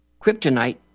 kryptonite